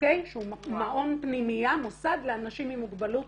שהוא מעון פנימייה, מוסד לאנשים עם מוגבלות